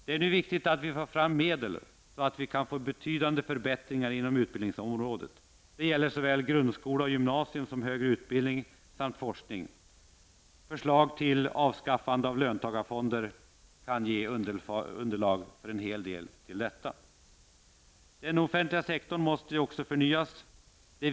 Det är nu viktigt att vi får fram medel så att vi kan åstadkomma betydande förbättringar på utbildningsområdet. Det gäller såväl grundskola och gymnasium som högre utbildning och forskning. Förslaget till avskaffandet av löntagarfonderna kan ge underlag för detta. Den offentliga sektorn måste förnyas.